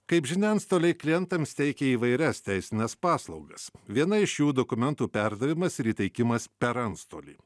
kaip žinia antstoliai klientams teikia įvairias teisines paslaugas viena iš jų dokumentų perdavimas ir įteikimas per antstolį